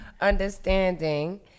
understanding